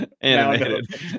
animated